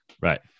right